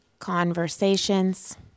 conversations